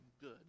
good